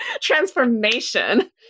Transformation